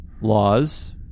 laws